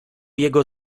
jego